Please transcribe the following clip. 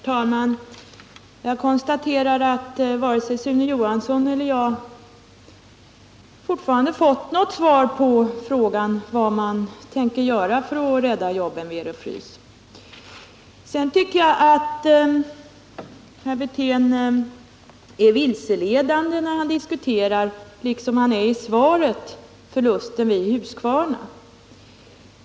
Herr talman! Jag konstaterar att Sune Johansson och jag fortfarande inte har fått något svar på frågan vad man tänker göra för att rädda jobben vid Ero Frys. Jag tycker att herr Wirtén för ett vilseledande resonemang, och det gjorde han också i svaret beträffande förlusten vid Husqvarna.